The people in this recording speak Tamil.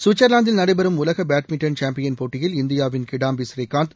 சுவிட்சர்லாந்தில் நடைபெறும் உலக பேட்மிண்டன் சாம்பியன் போட்டியில் இந்தியாவின் கிடாம்பி ஸ்ரீகாந்த்